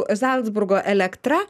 zalcburgo elektra